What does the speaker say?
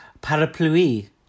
Parapluie